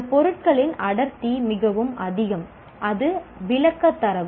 சில பொருட்களின் அடர்த்தி மிகவும் அதிகம் அது விளக்க தரவு